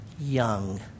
young